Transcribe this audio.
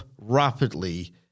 rapidly